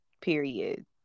period